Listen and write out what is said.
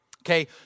Okay